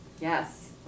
Yes